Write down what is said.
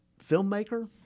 filmmaker